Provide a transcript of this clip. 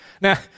Now